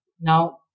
Now